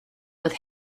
with